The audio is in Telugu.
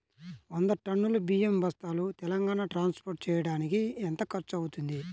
వంద టన్నులు బియ్యం బస్తాలు తెలంగాణ ట్రాస్పోర్ట్ చేయటానికి కి ఎంత ఖర్చు అవుతుంది?